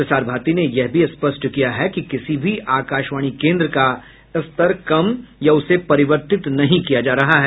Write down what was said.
प्रसार भारती ने यह भी स्पष्ट किया है कि किसी भी आकाशवाणी केन्द्र का स्तर कम या उसे परिवर्तित नहीं किया जा रहा है